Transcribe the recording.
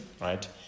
right